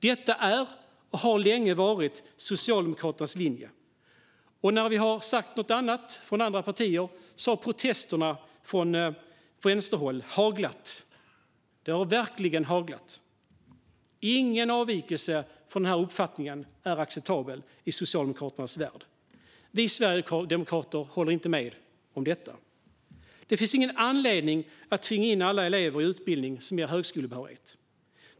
Detta är och har länge varit Socialdemokraternas linje, och när vi från andra partier har sagt något annat har protesterna från vänsterhåll också haglat. Protesterna har verkligen haglat. Ingen avvikelse från den uppfattningen är acceptabel i Socialdemokraternas värld. Vi sverigedemokrater håller inte med. Det finns ingen anledning att tvinga in alla elever i utbildning som ger högskolebehörighet.